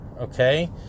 Okay